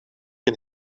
een